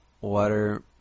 Water